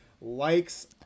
likes